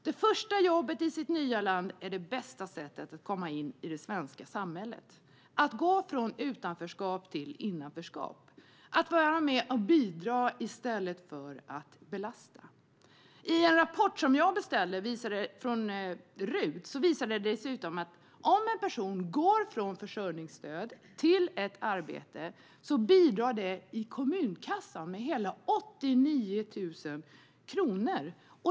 Det första jobbet i det nya landet är det bästa sättet att snabbt komma in i det svenska samhället, det vill säga att gå från utanförskap till innanförskap och att vara med och bidra i stället för att belasta. I en rapport som jag har beställt från riksdagens utredningstjänst framkommer det dessutom att om en person går från försörjningsstöd till ett arbete bidrar det i kommunkassan med 89 000 kronor.